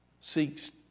seeks